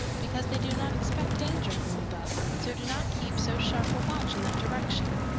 because they do not expect danger from above and so do not keep so sharp a watch in that direction.